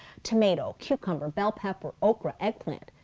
tomato, cucumber, bell pepper, okra, eggplant.